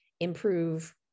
improve